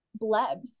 blebs